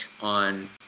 on